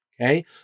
Okay